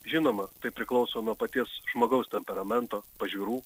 žinoma tai priklauso nuo paties žmogaus temperamento pažiūrų